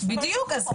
בדיוק,